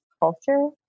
culture